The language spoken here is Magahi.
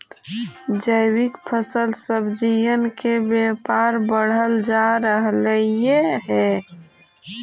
जैविक फल सब्जियन के व्यापार बढ़ल जा रहलई हे